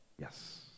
Yes